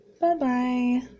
Bye-bye